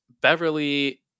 Beverly